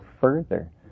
further